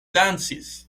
dancis